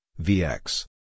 VX